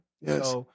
Yes